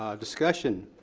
ah discussion.